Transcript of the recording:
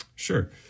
Sure